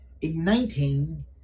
igniting